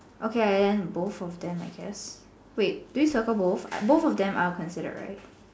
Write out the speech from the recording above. okay then both of them I guess wait do we circle both uh both of them are considered right